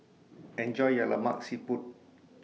Enjoy your Lemak Siput